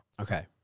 Okay